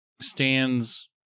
stands